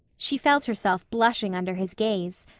she felt herself blushing under his gaze.